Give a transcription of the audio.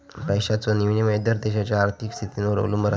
पैशाचो विनिमय दर देशाच्या आर्थिक स्थितीवर अवलंबून आसता